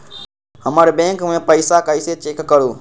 हमर बैंक में पईसा कईसे चेक करु?